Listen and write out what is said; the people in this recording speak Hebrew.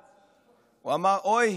הוא אמר: אוי,